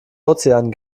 ozean